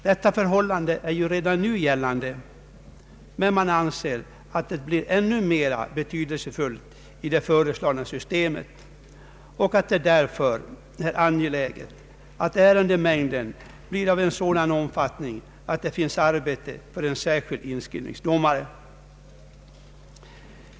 Detta förhållande är ju redan nu gällande, men man anser att det blir ännu mera betydelsefullt i det föreslagna systemet och att det därför är angeläget att ärendemängden blir av sådan omfattning att det finns arbete för en särskild inskrivningsdomare.